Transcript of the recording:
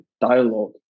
dialogue